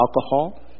alcohol